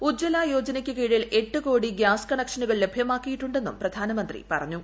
ഉജ്ജ്വല യോജനയ്ക്കു കീഴിൽ എട്ട് കോടി ഗ്യാസ് കണക്ഷനുകൾ ലഭൃമാക്കിയിട്ടുണ്ടെന്നും പ്രധാനമന്ത്രി പറഞ്ഞു